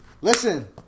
Listen